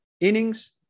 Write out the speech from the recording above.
innings